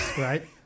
right